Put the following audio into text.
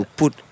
put